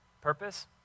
Purpose